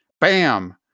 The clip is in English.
Bam